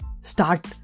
start